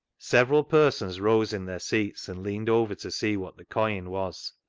several persons rose in their seats and leaned over to see what the coin was.